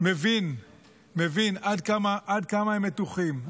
מבין עד כמה הם מתוחים.